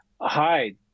hi